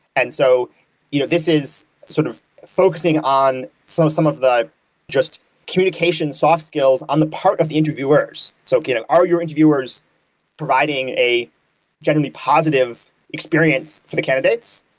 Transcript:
and so you know this is sort of focusing on some some of just communication soft skills on the part of the interviewers. so you know are your interviewers providing a generally positive experience for the candidates?